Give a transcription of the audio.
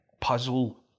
puzzle